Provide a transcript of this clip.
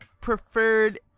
preferred